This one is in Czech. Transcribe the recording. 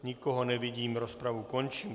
Nikoho nevidím, rozpravu končím.